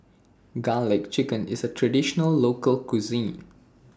Garlic Chicken IS A Traditional Local Cuisine